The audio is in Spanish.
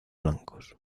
blancos